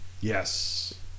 yes